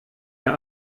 der